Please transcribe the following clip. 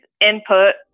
input